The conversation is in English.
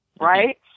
Right